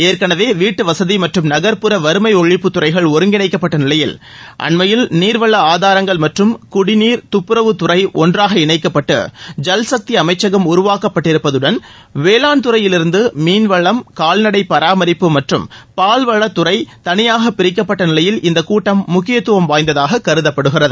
ஏற்கனவே வீட்டு வசதி மற்றும் நகர்ப்புற வறுமை ஒழிப்புத்துறைகள் ஒருங்கிணைக்கப்பட்ட நிலையில் அண்மையில் நீர்வள ஆதாரங்கள் மற்றும் குடிநீர் தப்புரவுத் துறைகள் ஒன்றாக இணைக்கப்பட்டு ஜல்சக்தி அமைச்சகம் உருவாக்கப்பட்டிருப்பதுடன் வேளாண் துறையிலிருந்து மீன்வளம் கால்நடை பராமரிப்பு மற்றும் பால்வளத்துறைகள் தனியாக பிரிக்கப்பட்ட நிலையில் இந்தக் கூட்டம் முக்கியத்துவம் வாய்ந்ததாகக் கருதப்படுகிறகு